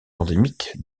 endémiques